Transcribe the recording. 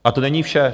A to není vše.